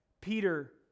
Peter